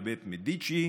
לבית מדיצ'י,